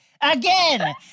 Again